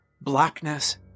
blackness